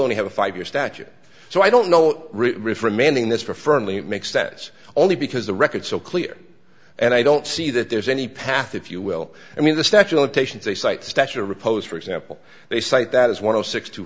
only have a five year statute so i don't know reframing this for firmly it makes sense only because the record so clear and i don't see that there's any path if you will i mean the statue of limitations they cite stature repos for example they cite that as one of six t